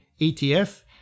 ETF